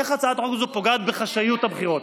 איך הצעת החוק הזו פוגעת בחשאיות הבחירות?